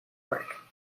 work